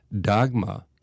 dogma